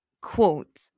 quote